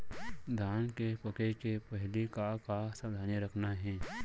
धान के पके के पहिली का का सावधानी रखना हे?